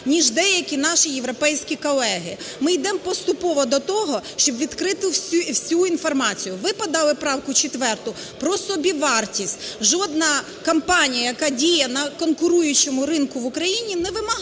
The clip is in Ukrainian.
ніж деякі наші європейські колеги. Ми йдемо поступово до того, щоб відкрити всю інформацію. Ви подали правку 4 про собівартість. Жодна компанія, яка діє на конкуруючому ринку в Україні, не вимагається